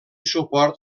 suport